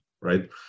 right